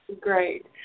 Great